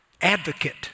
advocate